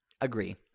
Agree